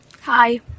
Hi